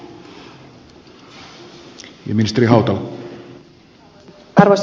arvoisa puhemies